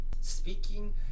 speaking